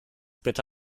bitte